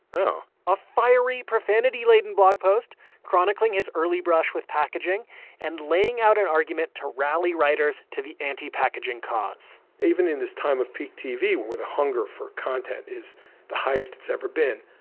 oh. a fiery, profanity-laden blog post chronicling his early brush with packaging and laying out an argument to rally writers to the anti-packaging cause even in this time of peak tv, where the hunger for content is the highest it's ever been,